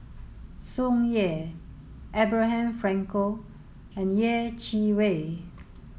Tsung Yeh Abraham Frankel and Yeh Chi Wei